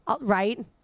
right